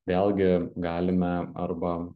vėlgi galime arba